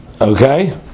Okay